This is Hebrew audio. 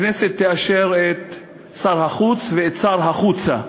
הכנסת תאשר את שר החוץ ואת שר החוצה,